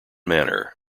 manor